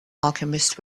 alchemist